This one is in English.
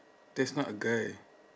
that's not a guy